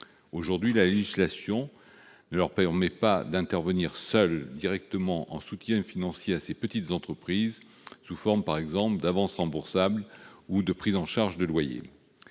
Toutefois, la législation ne leur permet pas aujourd'hui d'intervenir directement en soutien financier à ces petites entreprises sous la forme, par exemple, d'avances remboursables ou de prise en charge de loyers.